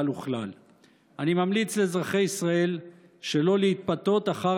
אני ממליץ לאזרחי ישראל שלא להתפתות אחר